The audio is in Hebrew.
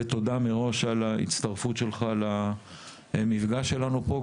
ותודה מראש על ההצטרפות שלך לדיון שלנו פה,